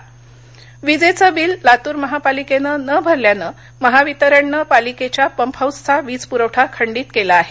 पाणीआंदोलन लातूर विजेचे बिल लातूर महापालिकेनं न भरल्यानं महावितरणनं पालिकेच्या पंप हाऊसचा वीज पुरवठा खंडीत केला आहे